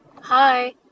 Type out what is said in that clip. Hi